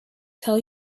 tell